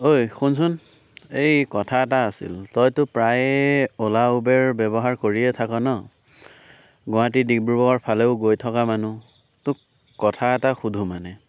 ঐ শুনচোন এই কথা এটা আছিল তইতো প্ৰায়ে অ'লা উবেৰ ব্যবহাৰ কৰিয়ে থাক' ন' গুৱাহাটী ডিব্ৰুগড় ফালেও গৈ থকা মানুহ তোক কথা এটা সোধোঁ মানে